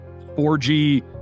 4g